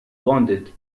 wounded